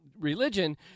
religion